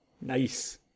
nice